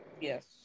Yes